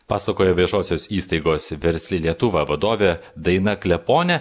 pasakojo viešosios įstaigos versli lietuva vadovė daina kleponė